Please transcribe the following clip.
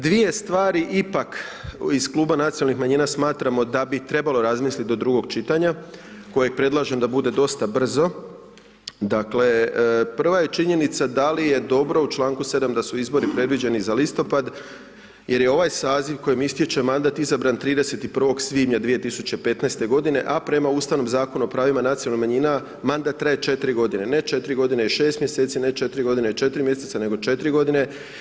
Dvije stvari, ipak iz Kluba Nacionalnih manjina smatramo da bi trebalo razmisliti do drugog čitanja, koje predlažemo da bude dosta brzo, dakle, prva je činjenica da li je dobro u čl. 7. da su izbori predviđeni za listopad, jer je ovaj saziv kojem ističe mandat, izabran 31. svibnja 2015. g. a prema ustanovom Zakonu o pravima nacionalnih manjina, mandat traje 4 g. ne 4 g. i 6 mj. ne 4 g. i 4 mj. nego 4 godine.